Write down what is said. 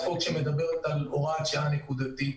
מדברת על הוראת שעה נקודתית,